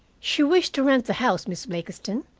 she wished to rent the house, miss blakiston.